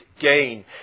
gain